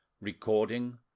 Recording